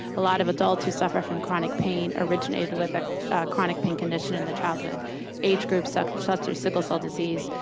a lot of adults who suffer from chronic pain originated with a chronic pain condition in the childhood age groups, such such as sickle cell disease,